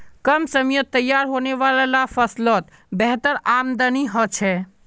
कम समयत तैयार होने वाला ला फस्लोत बेहतर आमदानी होछे